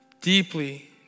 deeply